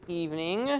evening